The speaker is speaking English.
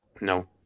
No